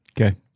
Okay